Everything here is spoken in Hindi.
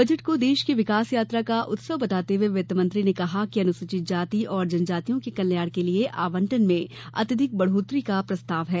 बजट को देश की विकास यात्रा का उत्सव बताते हुए वित्तमंत्री ने कहा कि अनुसूचित जाति और जनजातियों के कल्याण के लिए आवंटन में अत्यधिक बढ़ोतरी का प्रस्ताव है